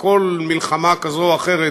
כל מלחמה כזו או אחרת